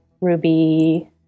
Ruby